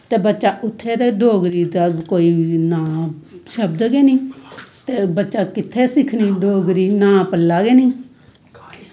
ते बच्चा उत्थें ते डोगरी दा कोई नांऽ शब्द गै नी ते बच्चै कित्थे सिक्खनी डोगरी नांऽ पल्ला गै नी